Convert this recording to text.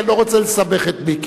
כי אני לא רוצה לסבך את מיקי.